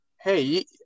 hey